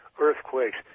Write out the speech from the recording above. earthquakes